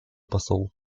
посол